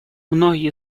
многие